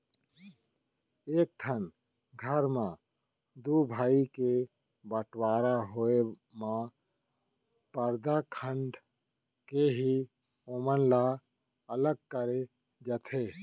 एक ठन घर म दू भाई के बँटवारा होय म परदा खंड़ के ही ओमन ल अलग करे जाथे